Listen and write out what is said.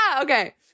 Okay